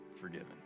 forgiven